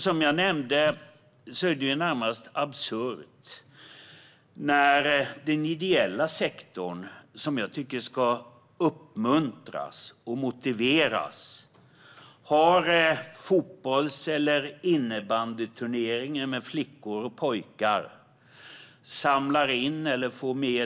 Som jag nämnde blir det närmast absurt när den ideella sektorn, vilken jag tycker ska uppmuntras och motiveras, inte får lämna in pengar på banken utan måste betala en särskild avgift.